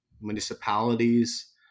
municipalities